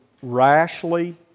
Rashly